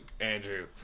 andrew